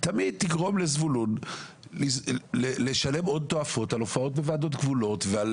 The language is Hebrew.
תמיד תגרום לזבולון לשלם הון תועפות על הופעות בוועדות גבולות ועל